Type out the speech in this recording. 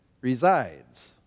resides